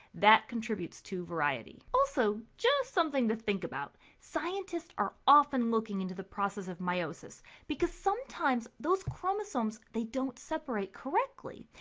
that contributes to variety. also, just something to think about scientists are often looking into the process of meiosis because sometimes those chromosomes don't separate correctly.